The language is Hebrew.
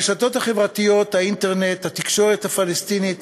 הרשתות החברתיות, האינטרנט והתקשורת הפלסטינית